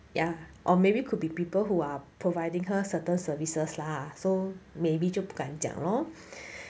ya or maybe could be people who are providing her certain services lah so maybe 就不敢讲 lor